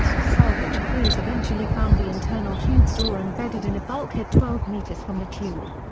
salvage crews eventually found the internal tube door embedded in a bulkhead twelve metres from the tube.